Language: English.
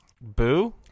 Boo